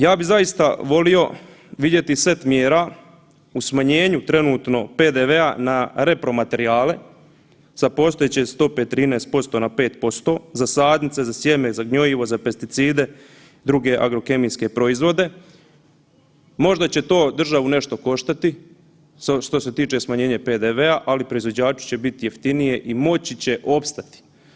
Ja bih zaista volio vidjeti set mjera u smanjenju trenutno PDV-a na repromaterijale sa postojeće stope 13% na 5% za sadnice, za sjeme, za gnojivo, za pesticide i druge agrokemijske proizvode, možda će to državu nešto koštati što se tiče smanjena PDV-a ali proizvođačima će biti jeftinije i moći će opstati.